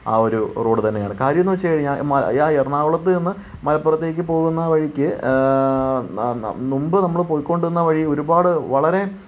ആ ഒരു റോഡ് തന്നെയായിരുന്നു കാര്യം എന്ന് വച്ച് കഴിഞ്ഞാൽ ആ എറണാകുളത്തു നിന്ന് മലപ്പുറത്തേക്ക് പോകുന്ന വഴിക്ക് മുൻപ് നമ്മൾ പോയിക്കൊണ്ടിരുന്ന വഴി ഒരുപാട് വളരെ